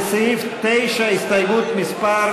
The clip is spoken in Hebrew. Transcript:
לסעיף 9, הסתייגות מס'